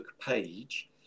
page